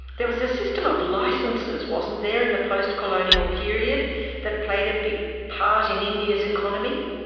there was a system of licences, wasn't there, in the post-colonial period that played a big part in india's economy?